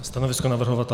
Stanovisko navrhovatele?